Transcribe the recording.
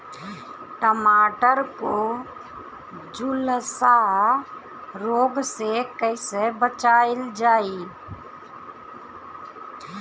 टमाटर को जुलसा रोग से कैसे बचाइल जाइ?